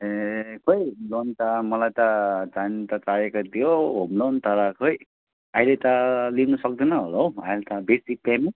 ए खै लोन त मलाई त चाहिन त चाहिएको थियो होम लोन तर खै अहिले त लिनु सक्दैन होला हौ अहिले त बेसिक पेमा